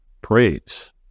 Praise